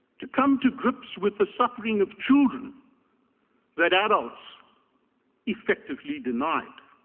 to come to grips with the suffering of children that adults effectively denied,